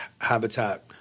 habitat